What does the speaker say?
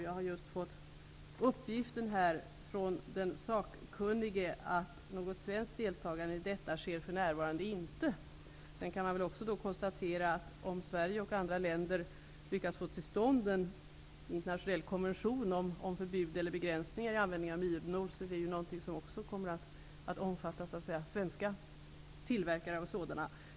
Jag har just fått uppgiften från den sakkunnige att något svenskt deltagande i detta för närvarande inte sker. Man kan väl också konstatera att om Sverige och andra länder lyckas få till stånd en internationell konvention om förbud mot eller begränsningar i användningen av minor är det någonting som också kommer att omfatta svenska tillverkare av sådana.